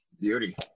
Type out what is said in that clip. Beauty